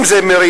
אם זה מריח,